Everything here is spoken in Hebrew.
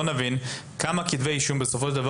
בואו נבין כמה כתבי אישום בסופו של דבר